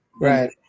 right